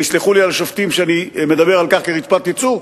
ויסלחו לי השופטים שאני מדבר על כך כרצפת ייצור,